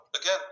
again